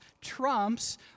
trumps